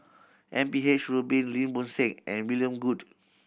M P H Rubin Lim Bo Seng and William Goode